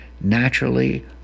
naturally